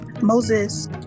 moses